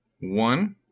one